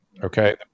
Okay